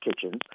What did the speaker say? kitchens